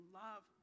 love